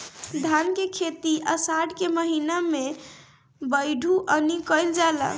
धान के खेती आषाढ़ के महीना में बइठुअनी कइल जाला?